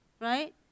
Right